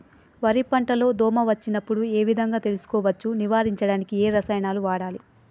వరి పంట లో దోమ వచ్చినప్పుడు ఏ విధంగా తెలుసుకోవచ్చు? నివారించడానికి ఏ రసాయనాలు వాడాలి?